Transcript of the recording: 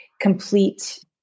complete